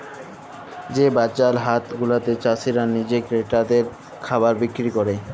যে বাজার হাট গুলাতে চাসিরা লিজে ক্রেতাদের খাবার বিক্রি ক্যরে